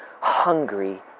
hungry